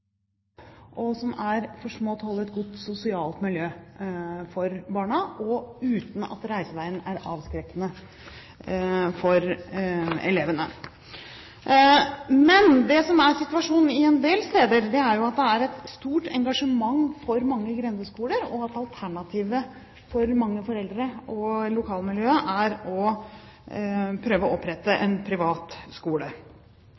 og som er for små til å holde et godt sosialt miljø for barna, og uten at reiseveien er avskrekkende for elevene. Men det som er situasjonen på en del steder, er at det er et stort engasjement for mange grendeskoler, og at alternativet for mange foreldre, og for lokalmiljøet, er å prøve å opprette